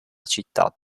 città